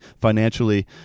financially